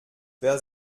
wer